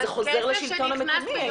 בסדר, אבל זה חוזר לשלטון המקומי.